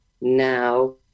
now